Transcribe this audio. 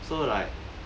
so like